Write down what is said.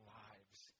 lives